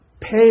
pay